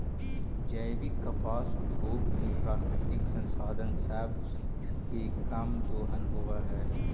जैविक कपास उद्योग में प्राकृतिक संसाधन सब के कम दोहन होब हई